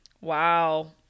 Wow